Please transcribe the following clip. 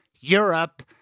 Europe